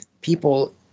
people